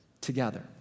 together